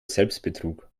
selbstbetrug